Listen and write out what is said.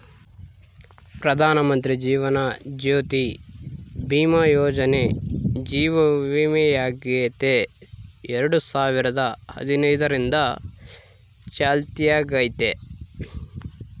ಪ್ರಧಾನಮಂತ್ರಿ ಜೀವನ ಜ್ಯೋತಿ ಭೀಮಾ ಯೋಜನೆ ಜೀವ ವಿಮೆಯಾಗೆತೆ ಎರಡು ಸಾವಿರದ ಹದಿನೈದರಿಂದ ಚಾಲ್ತ್ಯಾಗೈತೆ